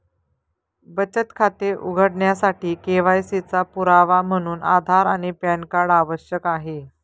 बचत खाते उघडण्यासाठी के.वाय.सी चा पुरावा म्हणून आधार आणि पॅन कार्ड आवश्यक आहे